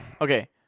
okay